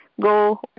Go